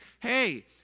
hey